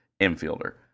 infielder